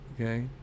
okay